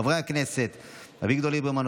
חברי הכנסת אביגדור ליברמן,